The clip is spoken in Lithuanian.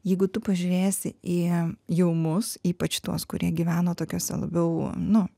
jeigu tu pažiūrėsi į jau mus ypač tuos kurie gyvena tokiose labiau nu